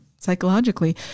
psychologically